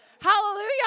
Hallelujah